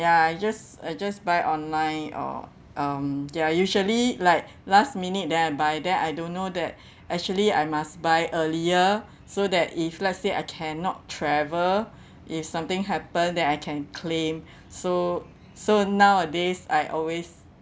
I just I just buy online or um ya usually like last minute then I buy then I don't know that actually I must buy earlier so that if let's say I cannot travel if something happen then I can claim so so nowadays I always